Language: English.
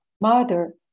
Mother